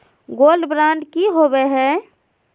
Gold bond की होबो है?